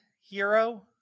hero